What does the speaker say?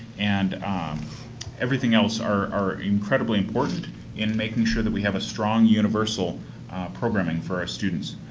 and everything else are incredibly important in making sure that we have a strong, universal programming for our students.